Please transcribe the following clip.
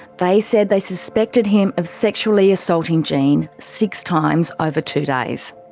they said they suspected him of sexually assaulting jenny six times over two days.